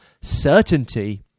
certainty